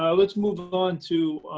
um let's move on to